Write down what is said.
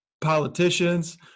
politicians